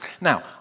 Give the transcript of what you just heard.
Now